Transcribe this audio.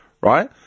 right